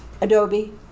Adobe